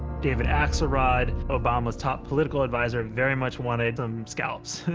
david axelrod, obama's top political adviser, very much wanted some scalps.